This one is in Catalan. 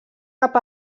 cap